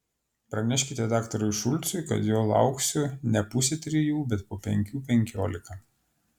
praneškite daktarui šulcui kad jo lauksiu ne pusę trijų bet po penkių penkiolika